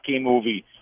movie